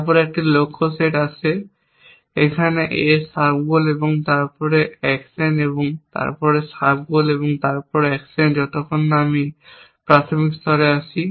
তারপর একটি লক্ষ্য সেট আসে A এখানে সাব গোল এবং তারপর অ্যাকশন এবং তারপর সাব গোল এবং তারপর অ্যাকশন যতক্ষণ না আমি প্রাথমিক স্তরে আসি